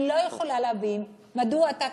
אני לא יכולה להבין מדוע אתה,